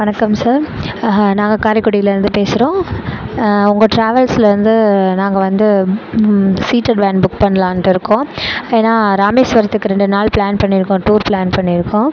வணக்கம் சார் நாங்கள் காரைக்குடிலேருந்து பேசுகிறோம் உங்கள் டிராவல்ஸில் வந்து நாங்கள் வந்து சீட்டட் வேன் புக் பண்லானுட்டு இருக்கோம் ஏன்னால் ராமேஸ்வரத்துக்கு ரெண்டு நாள் பிளான் பண்ணியிருக்கோம் டூர் பிளான் பண்ணியிருக்கோம்